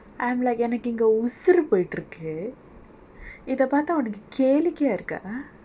I'm like எனக்கு இங்கே உசுரு போய்கிட்டு இருக்கு இதை பார்த்தா உனக்கு கேலிக்கையா இருக்கா:enakku inge usuru poikittu irukku ithai paatha unakku kelikaiya irukka